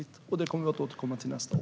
Det kommer vi att återkomma till nästa år.